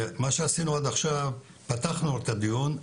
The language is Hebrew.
מה שעשינו עד עכשיו זה לפתוח את הדיון,